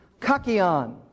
Kakion